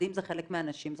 ילדים זה חלק מהנשים,